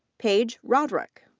paige roadruck.